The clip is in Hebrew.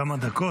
כמה דקות?